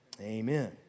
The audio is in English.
Amen